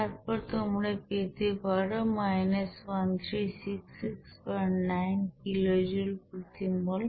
তারপর তোমরা পেতে পারো 13669 কিলোজুল প্রতি মোল